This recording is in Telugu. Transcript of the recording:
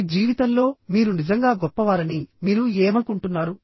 మీ జీవితంలో మీరు నిజంగా గొప్పవారని మీరు ఏమనుకుంటున్నారు